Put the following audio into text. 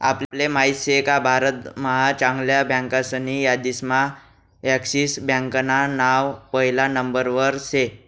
आपले माहित शेका भारत महा चांगल्या बँकासनी यादीम्हा एक्सिस बँकान नाव पहिला नंबरवर शे